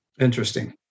Interesting